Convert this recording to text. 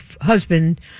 husband